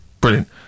Brilliant